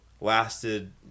Lasted